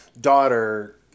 daughter